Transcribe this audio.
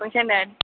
गंसेयानो